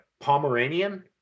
Pomeranian